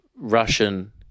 Russian